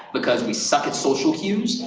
because we suck at social cues,